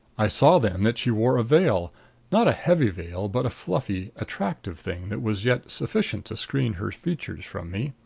i saw then that she wore a veil not a heavy veil, but a fluffy, attractive thing that was yet sufficient to screen her features from me.